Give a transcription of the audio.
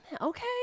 Okay